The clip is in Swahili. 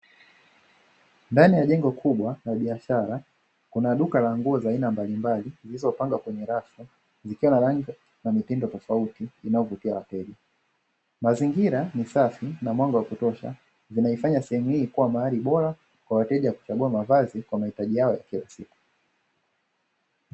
Ndani ya jengo kubwa na biashara kuna duka la nguo za aina mbalimbali zilizopandwa kwenye rafu ikiwa tofauti, mazingira ni safi na mambo ya kutosha zinaifanya sehemu hii kuwa mahali bora kwa wateja wa kuchagua mavazi kwa mahitaji yao ya kila siku.